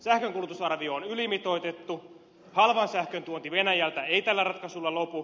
sähkönkulutusarvio on ylimitoitettu halvan sähkön tuonti venäjältä ei tällä ratkaisulla lopu